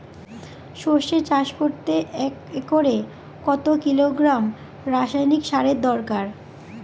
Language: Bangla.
সরষে চাষ করতে একরে কত কিলোগ্রাম রাসায়নি সারের দরকার?